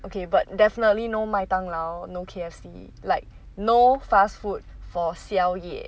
okay but definitely no 麦当劳 no K_F_C like no fast food for 宵夜